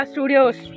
Studios